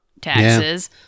taxes